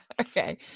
Okay